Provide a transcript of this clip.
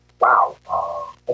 Wow